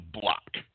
block